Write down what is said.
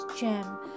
gem